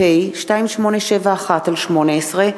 פ/2871/18,